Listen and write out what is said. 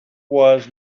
was